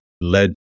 led